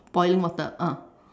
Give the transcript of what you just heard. boiling water ah